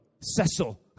Cecil